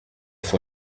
for